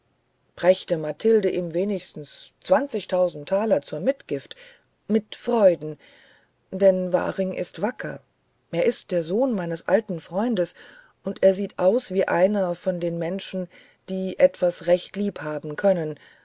brächte mathilde ihm wenigstens zwanzigtausend taler zur mitgift mit freuden denn waring ist wacker er ist der sohn meines alten freundes und er sieht aus wie einer von den menschen die etwas recht liebhaben können